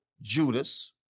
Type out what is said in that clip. Judas